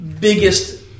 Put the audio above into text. biggest